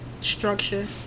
Structure